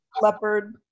Leopard